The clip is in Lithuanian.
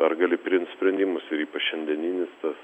ar gali priimt sprendimus ir ypač šiandieninis tas